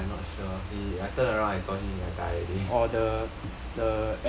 I I not sure he I turn around I saw him he die already